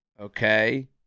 Okay